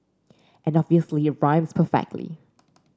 and obviously it rhymes perfectly